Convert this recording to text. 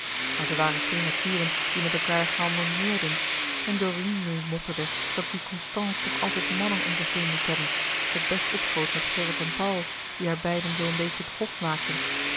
maar zij waren geen naturen die met elkaâr harmonieerden en dorine nu mopperde dat die constance toch altijd mannen om zich heen moest hebben het best opschoot met gerrit en paul die haar beiden zoo een beetje het hof maakten